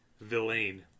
Villain